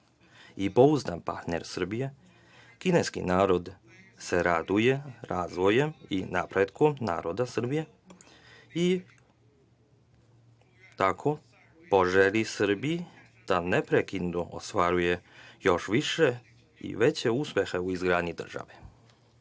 i pouzdan partner Srbije, kineski narod se raduje razvoju i napretku naroda Srbije i tako želi Srbiji da neprekidno ostvaruje još više i veće uspehe u izgradnji države.